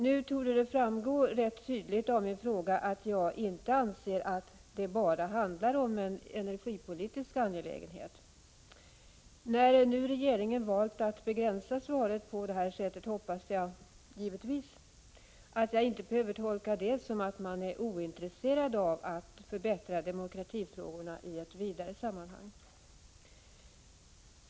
Nu torde det framgå rätt tydligt av min fråga att jag inte anser att det bara handlar om en energipolitisk angelägenhet. När regeringen valt att begränsa svaret på det här sättet hoppas jag givetvis att jag inte behöver tolka det som att man är ointresserad av att förbättra demokratin i ett vidare sammanhang.